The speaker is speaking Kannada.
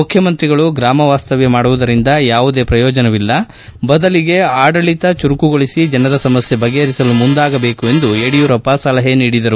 ಮುಖ್ಯಮಂತ್ರಿಗಳು ಗ್ರಾಮವಾಸ್ತವ್ಯ ಮಾಡುವುದರಿಂದ ಯಾವುದೇ ಪ್ರಯೋಜನವಿಲ್ಲ ಬದಲಿಗೆ ಆದಳಿತ ಚುರುಕುಗೊಳಿಸಿ ಜನರ ಸಮಸ್ಯೆ ಬಗೆಹರಿಸಲು ಮುಂದಾಗಬೇಕೆಂದು ಸಲಹೆ ಮಾಡಿದರು